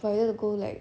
for you to go like